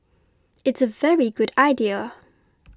it's a very good idea